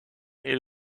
est